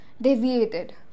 deviated